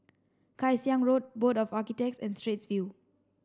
Kay Siang Road Board of Architects and Straits View